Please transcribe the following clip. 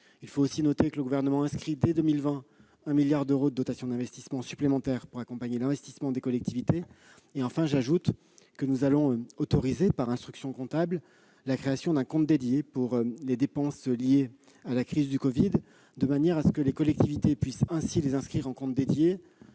Il faut aussi noter que le Gouvernement a inscrit, dès 2020, quelque 1 milliard d'euros de dotations supplémentaires pour accompagner l'investissement des collectivités. Enfin, j'ajoute que nous allons autoriser, par instruction comptable, la création d'un compte dédié pour les dépenses liées à la crise du covid, de manière à ouvrir aux collectivités un financement par